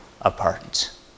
apart